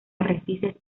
arrecifes